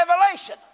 Revelation